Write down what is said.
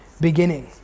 beginning